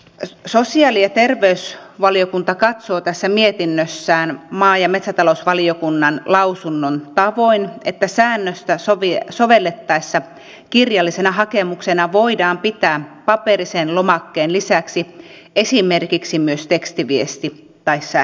sosiaali ja terveysvaliokunta katsoo tässä mietinnössään maa ja metsätalousvaliokunnan lausunnon tavoin että säännöstä sovellettaessa kirjallisena hakemuksena voidaan pitää paperisen lomakkeen lisäksi esimerkiksi myös tekstiviestiä tai sähköpostia